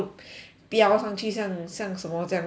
飙上去像像什么这样 meh rocket